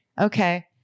Okay